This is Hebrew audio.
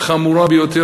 חמורה ביותר,